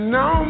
no